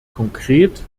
konkret